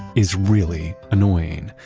is really annoying,